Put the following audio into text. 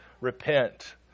repent